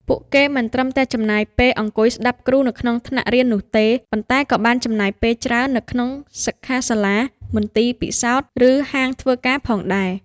ពួកគេមិនត្រឹមតែចំណាយពេលអង្គុយស្តាប់គ្រូនៅក្នុងថ្នាក់រៀននោះទេ ប៉ុន្តែក៏បានចំណាយពេលច្រើននៅក្នុងសិក្ខាសាលា មន្ទីរពិសោធន៍ ឬហាងធ្វើការផងដែរ។